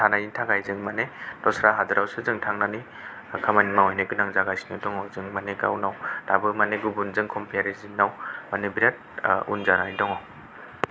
थानायनि थाखाय जों दसरा हादोरावसो जों थांनानै खामानि मावहैनो गोनां जागासिनो दङ जों मानि गावनाव दाबो मानि गुबुनजों कमपेरिज नाव मानि बेराद उन जानानै दङ